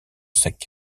secs